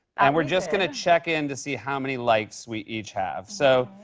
and we're just gonna check in to see how many likes we each have. so,